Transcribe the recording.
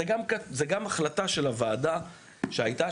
זו גם החלטה של הוועדה שהייתה,